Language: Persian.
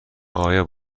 آیا